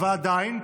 אבל עדיין,